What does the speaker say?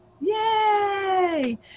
Yay